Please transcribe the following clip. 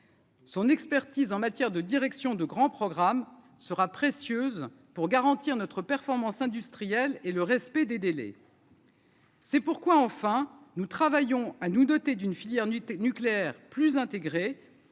Son expertise en matière de direction de grands programmes sera précieuse pour garantir notre performance industrielle et le respect des délais. C'est pourquoi, enfin, nous travaillons à nous doter d'une filière nuitées nucléaire plus intégrée